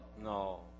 No